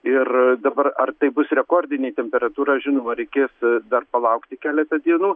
ir dabar ar tai bus rekordinė temperatūra žinoma reikės dar palaukti keletą dienų